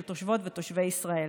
של תושבות ותושבי ישראל.